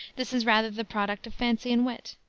this is rather the product of fancy and wit.